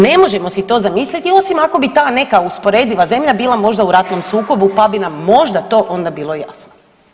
Ne možemo si to zamisliti osim ako ti ta neka usporediva zemlja možda bila u ratnom sukobu, pa bi nam možda to onda bilo jasno.